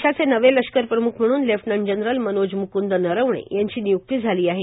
देशाचे नवे लष्करप्रम्ख म्हणून लेफ्टनंट जनरल मनोज म्कूंद नरवणे यांची निय्क्ती झाली आहे